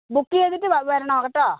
book ചെയ്തിട്ട് വരണം കേട്ടോ